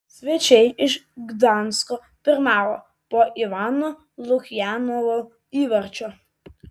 svečiai iš gdansko pirmavo po ivano lukjanovo įvarčio